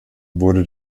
wurde